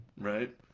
Right